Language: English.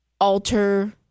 alter